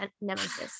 nemesis